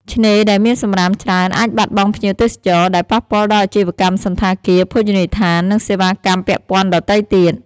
ឆ្នេរដែលមានសំរាមច្រើន អាចបាត់បង់ភ្ញៀវទេសចរ ដែលប៉ះពាល់ដល់អាជីវកម្មសណ្ឋាគារ ភោជនីយដ្ឋាន និងសេវាកម្មពាក់ព័ន្ធដទៃទៀត។